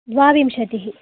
द्वाविंशतिः